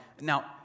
Now